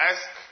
Ask